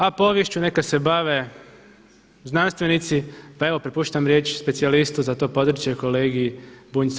A poviješću neka se bave znanstvenici, pa evo prepuštam riječ specijalistu za to područje kolegi Bunjcu.